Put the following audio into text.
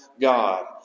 god